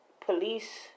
police